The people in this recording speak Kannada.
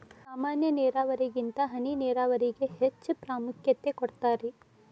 ಸಾಮಾನ್ಯ ನೇರಾವರಿಗಿಂತ ಹನಿ ನೇರಾವರಿಗೆ ಹೆಚ್ಚ ಪ್ರಾಮುಖ್ಯತೆ ಕೊಡ್ತಾರಿ